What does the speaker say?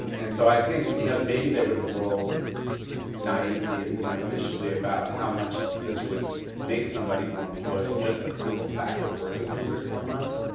and so i think you know maybe there was a little naivete and you know initially about how much this would make somebody more employable, just the simple face of working for three or four months,